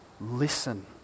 listen